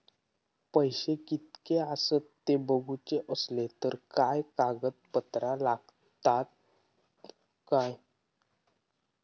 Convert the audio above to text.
पैशे कीतके आसत ते बघुचे असले तर काय कागद पत्रा लागतात काय?